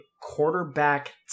quarterback